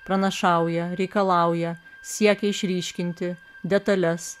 pranašauja reikalauja siekia išryškinti detales